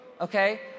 Okay